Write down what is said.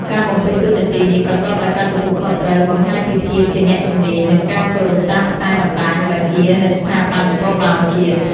ការបំពេញតួនាទីនេះប្រកបដោយការទទួលខុសត្រូវ បង្ហាញពីភាពជាអ្នកជំនាញ និងការគោរពតាមខ្សែបណ្តាញបញ្ជានៃស្ថាប័ននគរបាលជាតិ។